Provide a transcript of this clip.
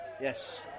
Yes